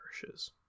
perishes